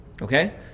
Okay